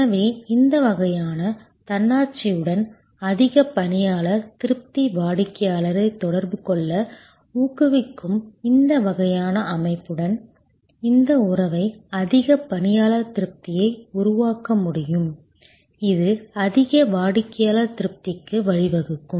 எனவே இந்த வகையான தன்னாட்சியுடன் அதிக பணியாளர் திருப்தி வாடிக்கையாளரைத் தொடர்பு கொள்ள ஊக்குவிக்கும் இந்த வகையான அமைப்புடன் இந்த உறவை அதிக பணியாளர் திருப்தியை உருவாக்க முடியும் இது அதிக வாடிக்கையாளர் திருப்திக்கு வழிவகுக்கும்